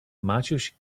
maciuś